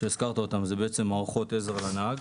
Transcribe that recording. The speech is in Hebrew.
זה בעצם מערכות עזר לנהג.